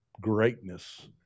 greatness